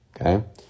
okay